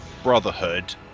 Brotherhood